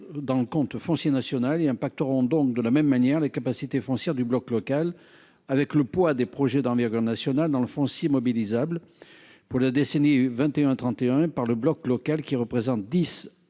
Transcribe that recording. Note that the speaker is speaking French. dans le compte foncier national et impacteront donc de la même manière les capacités foncières du bloc local avec le poids des projets d'envergure nationale dans le fond si mobilisables. Pour la décennie 21 31 par le bloc local, qui représente 10 et